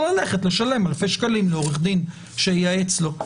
או לשלם אלפי שקלים לעורך דין שייעץ לו.